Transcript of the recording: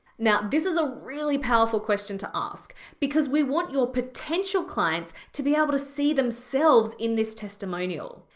now, this is a really powerful question to ask because we want your potential clients to be able to see themselves in this testimonial.